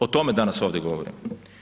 O tome danas ovdje govorimo.